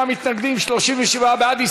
48 מתנגדים, 37 בעד.